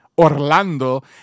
Orlando